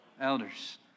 elders